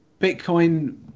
bitcoin